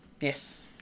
Yes